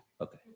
Okay